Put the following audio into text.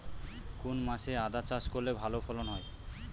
কোন মাসে আদা চাষ করলে ভালো ফলন হয়?